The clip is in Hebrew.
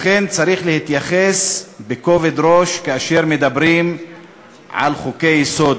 לכן צריך להתייחס בכובד ראש כאשר מדברים על חוקי-יסוד.